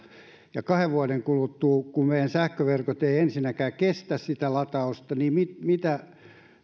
kahden vuoden kuluttua kun meidän sähköverkot eivät ensinnäkään kestä sitä latausta mitä